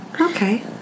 Okay